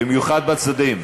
במיוחד בצדדים.